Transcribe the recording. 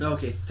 Okay